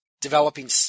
developing